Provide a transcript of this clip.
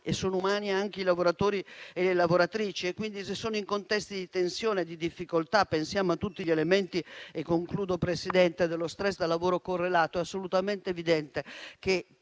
E sono umani anche i lavoratori e le lavoratrici che quindi, se sono in contesti di tensione e di difficoltà - pensiamo a tutti gli elementi dello *stress* da lavoro correlato - è assolutamente evidente che